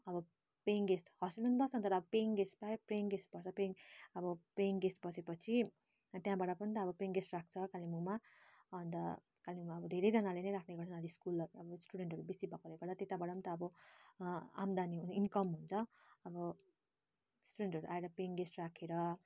अब paying guest hostel पनि बस्छ नि तर अब पेइङ गेस्ट प्राय पेइङ गेस्टबाट पेइङ अबो पेइङ गेस्ट बसे पछि त्यहाँबाट पनि त अब पेइङ गेस्ट राख्छ कालिम्पोङमा अन्त कालिम्पोङमा अब धेरै जनाले नै राख्नेगर्छ स्कुलहरू अब स्टुडेन्टहरू बेसी भएकोले गर्दा त्यताबटा पनि त अब आमदानी हुने इन्कम हुन्छ अब स्टुडेन्टहरू आएर पेइङ गेस्ट राखेर